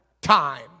time